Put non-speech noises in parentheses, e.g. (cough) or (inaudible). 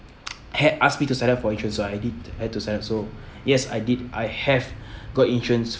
(noise) had asked me to sign up for insurance so I did had to sign also yes I did I have got insurance